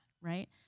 right